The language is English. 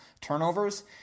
turnovers –